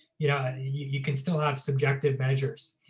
you know, you can still have subjective measures.